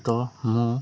ତ ମୁଁ